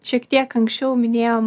šiek tiek anksčiau minėjom